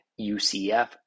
UCF